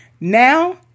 Now